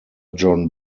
john